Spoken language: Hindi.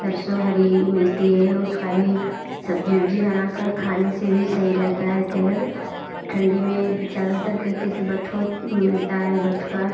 सरसों हरी मिलती हैं उसकी भी सब्ज़ी वब्जी बना कर खाने से भी सही रहती है सेहत ठंडी में ज़्यादातर कहीं कहीं से बथुआ मिलता है बथुआ